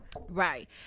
Right